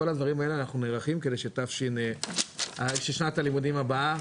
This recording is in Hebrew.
לכל הדברים האלה אנחנו נערכים כדי ששנת הלימודים הבאה,